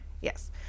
yes